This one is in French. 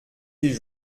les